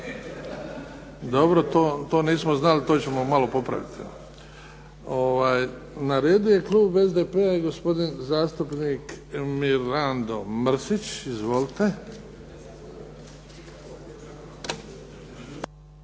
Dobro to nismo znali, to ćemo malo popraviti. Na redu je klub SDP-a i gospodin zastupnik Mirando Mrsić. Izvolite.